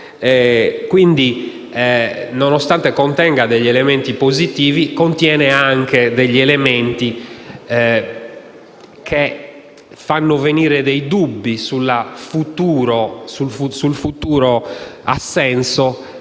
altre. Nonostante contenga degli elementi positivi, contiene anche degli aspetti che fanno venire dubbi sul futuro assenso